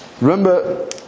Remember